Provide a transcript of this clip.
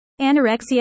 Anorexia